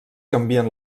canvien